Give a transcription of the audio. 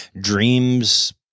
dreams